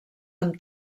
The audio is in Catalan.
amb